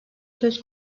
söz